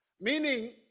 Meaning